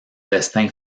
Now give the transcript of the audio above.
destin